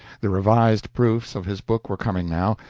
the revised proofs of his book were coming now,